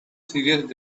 serious